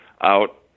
out